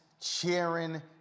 cheering